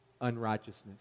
unrighteousness